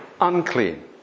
Unclean